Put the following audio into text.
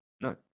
No